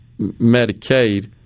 Medicaid